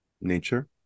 nature